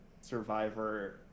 Survivor